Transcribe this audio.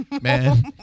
man